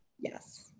Yes